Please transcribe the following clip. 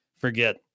forget